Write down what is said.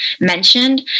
mentioned